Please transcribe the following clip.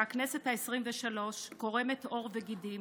כשהכנסת העשרים-ושלוש קורמת עור וגידים